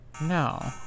No